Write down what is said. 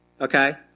Okay